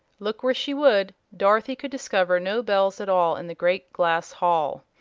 look where she would, dorothy could discover no bells at all in the great glass hall.